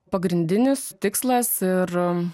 pagrindinis tikslas ir